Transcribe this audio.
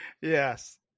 Yes